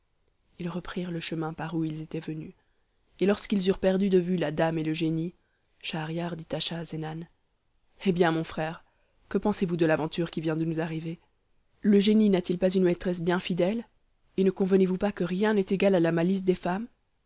ils reprirent le chemin par où ils étaient venus et lorsqu'ils eurent perdu de vue la dame et le génie schahriar dit à schahzenan hé bien mon frère que pensez-vous de l'aventure qui vient de nous arriver le génie n'a-t-il pas une maîtresse bien fidèle et ne convenez vous pas que rien n'est égal à la malice des femmes